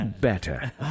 better